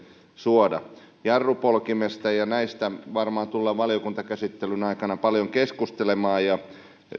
suoda jarrupolkimesta ja näistä asioista varmaan tullaan valiokuntakäsittelyn aikana paljon keskustelemaan